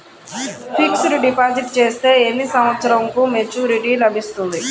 Fixed deposit చేస్తే ఎన్ని సంవత్సరంకు మెచూరిటీ లభిస్తుంది?